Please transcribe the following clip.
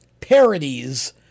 parodies